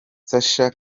sacha